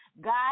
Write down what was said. God